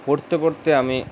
পড়তে পড়তে আমি